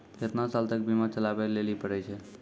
केतना साल तक बीमा चलाबै लेली पड़ै छै?